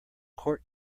court